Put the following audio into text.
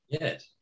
Yes